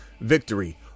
victory